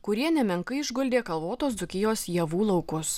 kurie nemenkai išguldė kalvotos dzūkijos javų laukus